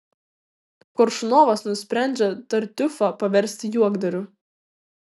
koršunovas nusprendžia tartiufą paversti juokdariu